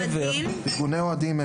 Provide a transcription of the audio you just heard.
אין בעיה עם ארגוני אוהדים.